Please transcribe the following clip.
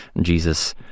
Jesus